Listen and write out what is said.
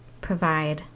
provide